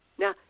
Now